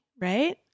right